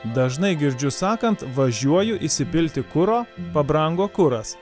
dažnai girdžiu sakant važiuoju įsipilti kuro pabrango kuras